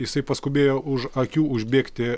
jisai paskubėjo už akių užbėgti